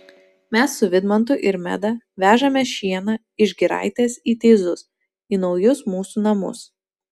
mes su vidmantu ir meda vežame šieną iš giraitės į teizus į naujus mūsų namus